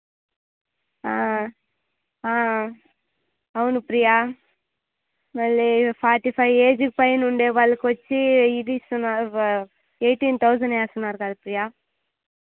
అవును ప్రియ మళ్ళీ forty five age పైనుండే వాళ్లకొచ్చి ఇది ఇస్తున్నారు ఎయిటీన్ థౌజండ్ వేస్తున్నారు లాస్య